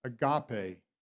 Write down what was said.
agape